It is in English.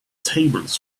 tables